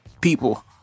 people